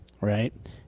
right